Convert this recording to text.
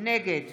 נגד